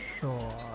sure